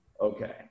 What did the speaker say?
Okay